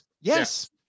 Yes